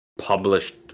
Published